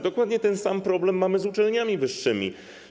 Dokładnie ten sam problem mamy z uczelniami wyższymi.